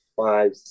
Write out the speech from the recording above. five